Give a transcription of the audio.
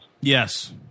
Yes